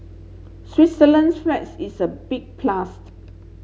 Switzerland's is a big